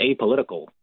apolitical